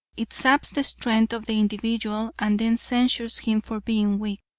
it saps the strength of the individual and then censures him for being weak.